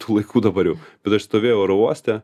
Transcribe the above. tų laikų dabar jau bet aš stovėjau oro uoste